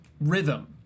rhythm